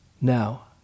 Now